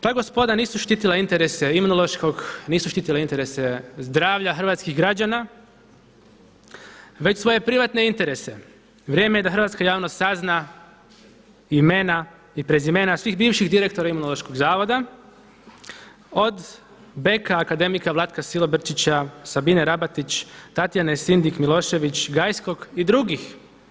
Ta gospoda nisu štitila interese Imunološkog, nisu štitila interese zdravlja hrvatskih građana već svoje privatne interese, vrijeme je da hrvatska javnost sazna imena i prezimena svih bivših direktora Imunološkog zavoda od Becka akademika Vlatka Silobrčića, Sabine Rabatić, Tatjane Sindik Milošević, Gajskog i drugih.